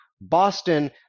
Boston